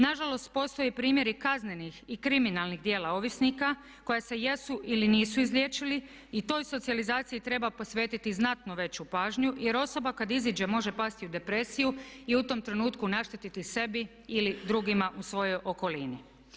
Na žalost, postoji primjer i kaznenih i kriminalnih djela ovisnika koja se jesu ili nisu izliječili i toj socijalizaciji treba posvetiti znatno veću pažnju, jer osoba kad iziđe može pasti u depresiju i u tom trenutku naštetiti sebi ili drugima u svojoj okolini.